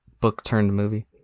book-turned-movie